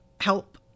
help